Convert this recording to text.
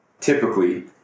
typically